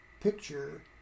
picture